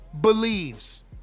believes